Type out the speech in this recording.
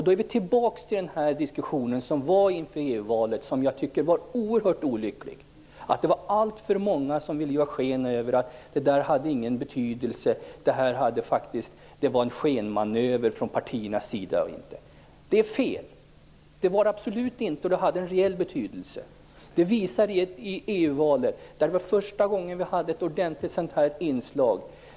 Då är vi tillbaks i den diskussion som fördes inför EU-valet, som jag tycker var oerhört olycklig. Det var alltför många som ville ge sken av att personvalsinslaget inte hade någon betydelse och att det var en skenmanöver från partiernas sida. Det är fel. Det var absolut inte någon skenmanöver! Personvalsinslaget hade en reell betydelse. Det visar EU-valet. Det var första gången vi hade ett inslag av personval.